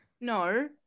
No